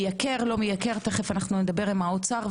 מייקר או לא תכף נדבר עם האוצר,